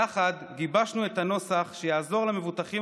יחד גיבשנו את הנוסח שיעזור למבוטחים